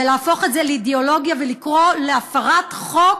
ולהפוך את זה לאידיאולוגיה ולקרוא להפרת חוק,